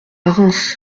reims